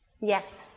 Yes